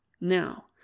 now